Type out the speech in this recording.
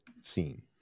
scene